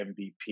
MVP